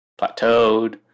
plateaued